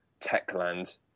Techland